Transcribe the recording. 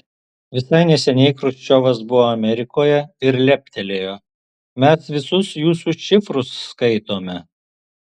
visai neseniai chruščiovas buvo amerikoje ir leptelėjo mes visus jūsų šifrus skaitome